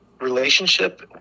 relationship